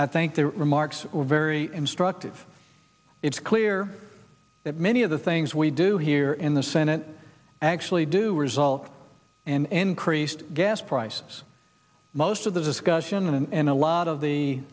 i think their remarks were very instructive it's clear that many of the things we do here in the senate actually do result and encreased gas prices most of the discussion and a lot of the